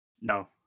No